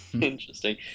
Interesting